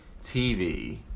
TV